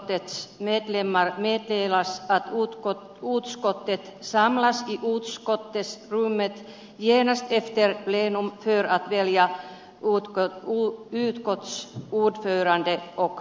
framtidsutskottets medlemmar miettii nais ja muut kuin muut scottin sanna meddelas att utskottet samlas i utskottsrummet genast efter plenum för att välja utskottsordförande och vice ordförande